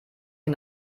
sie